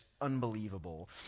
unbelievable